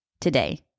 today